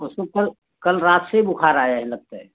उसको कल कल रात से ही बुखार आया है लगता है